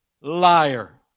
liar